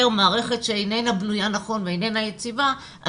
מערכת שאיננה בנויה נכון ואיננה יציבה,